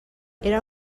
era